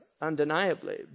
Undeniably